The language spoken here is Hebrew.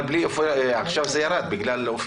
אבל עכשיו זה ירד בגלל אופיר סופר.